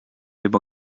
juba